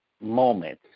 moment